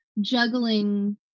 juggling